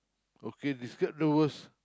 okay this card the worst